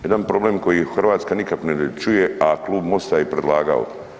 Jedan problem koji Hrvatska nikako da čuje, a Klub Mosta je i predlagao.